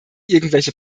irgendwelche